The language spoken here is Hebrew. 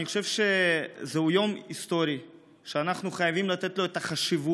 אני חושב שזהו יום היסטורי שאנחנו חייבים לתת לו את החשיבות,